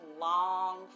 long